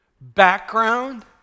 background